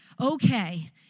okay